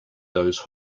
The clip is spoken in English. those